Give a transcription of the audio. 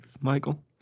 Michael